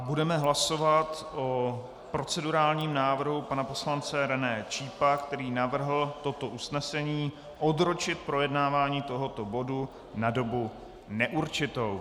Budeme hlasovat o procedurálním návrhu pana poslance René Čípa, který navrhl toto usnesení odročit projednávání tohoto bodu na dobu neurčitou.